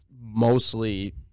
mostly